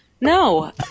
No